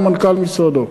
או מנכ"ל משרדו.